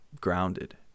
grounded